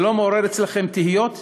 זה לא מעורר אצלכם תהיות?